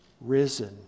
risen